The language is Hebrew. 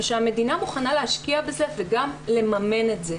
ושהמדינה מוכנה להשקיע בזה וגם לממן את זה,